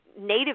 native